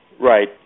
Right